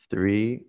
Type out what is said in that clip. Three